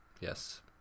Yes